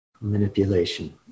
manipulation